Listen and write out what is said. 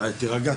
תירגע.